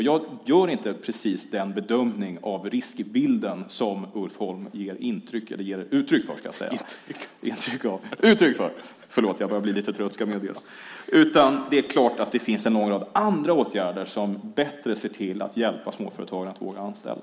Jag gör inte den bedömning av riskbilden som Ulf Holm ger uttryck för. Det är klart att det finns en lång rad andra åtgärder som bättre ser till att hjälpa småföretagare att våga anställa.